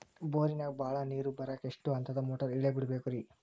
ಬೋರಿನಾಗ ಬಹಳ ನೇರು ಬರಾಕ ಎಷ್ಟು ಹಂತದ ಮೋಟಾರ್ ಇಳೆ ಬಿಡಬೇಕು ರಿ?